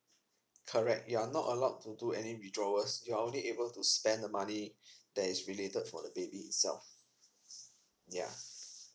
correct you are not allowed to do any withdrawals you are only able to spend the money that is related for the baby itself yeah